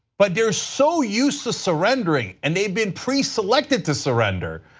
but they are so used to surrendering, and they've been preselected to surrender,